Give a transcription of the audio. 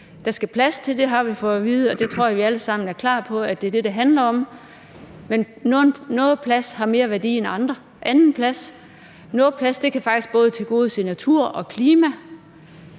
Der skal plads til, det har vi fået at vide, og det tror jeg vi alle sammen er klar på, altså at det er det, det handler om. Men noget plads har mere værdi end andet plads. Noget plads kan faktisk både tilgodese natur og klima.